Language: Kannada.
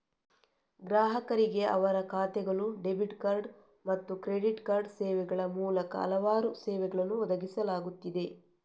ಗ್ರಾಹಕರಿಗೆ ಅವರ ಖಾತೆಗಳು, ಡೆಬಿಟ್ ಕಾರ್ಡ್ ಮತ್ತು ಕ್ರೆಡಿಟ್ ಕಾರ್ಡ್ ಸೇವೆಗಳ ಮೂಲಕ ಹಲವಾರು ಸೇವೆಗಳನ್ನು ಒದಗಿಸಲಾಗುತ್ತಿದೆ